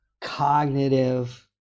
cognitive